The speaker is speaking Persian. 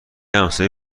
همسایه